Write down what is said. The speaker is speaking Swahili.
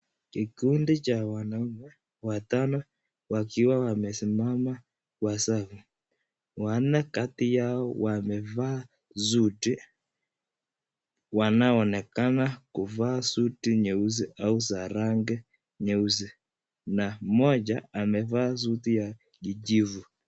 Kikundi cha wanaume watano wakiwa wamesimama kwa safu ,wanne kati yao wamevaa suti wanaonekana kuvaa suti nyeusi au za rangi nyeusi mmoja amevaa suti ya kijivu.